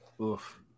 Oof